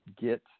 get